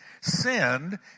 sinned